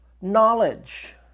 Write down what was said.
knowledge